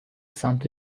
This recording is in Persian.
سمت